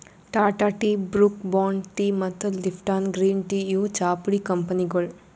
Tata tea, Brooke Bond tea ಮತ್ತ್ Lipton green tea ಇವ್ ಚಾಪುಡಿ ಕಂಪನಿಗೊಳ್